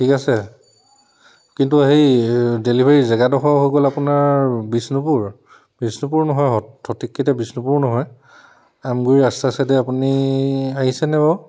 ঠিক আছে কিন্তু হেই ডেলিভাৰী জেগাডোখৰ হৈ গ'ল আপোনাৰ বিষ্ণুপুৰ বিষ্ণুপুৰ নহয় সঠিককৈ এতিয়া বিষ্ণুপুৰো নহয় আমগুৰি ৰাস্তা ছাইডে আপুনি আহিছেনে বাৰু